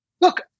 look